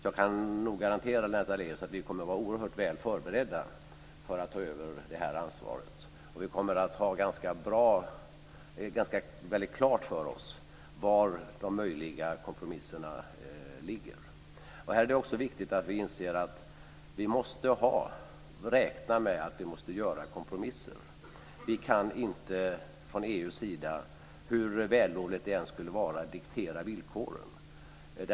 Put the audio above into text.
Jag kan nog garantera Lennart Daléus att vi kommer att vara oerhört väl förberedda för att ta över ansvaret. Vi kommer att ha väldigt klart för oss var de möjliga kompromisserna ligger. Här är det också viktigt att vi inser att vi måste räkna med att göra kompromisser. Vi kan inte från EU:s sida, hur vällovligt det än skulle vara, diktera villkoren.